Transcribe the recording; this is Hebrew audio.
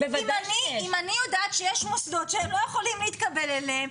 אם אני יודעת שיש מוסדות שהם לא יכולים להתקבל אליהם,